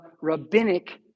rabbinic